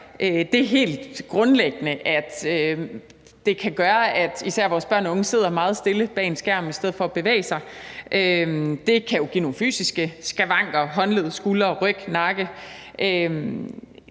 at det helt grundlæggende kan gøre, at især vores børn og unge sidder meget stille bag en skærm i stedet for at bevæge sig. Det kan jo give nogle fysiske skavanker i håndled, skuldre, ryg og nakke.